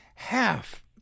Half